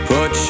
Put